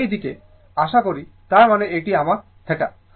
সুতরাং এই দিকে আসা তার মানে এটি আমার θ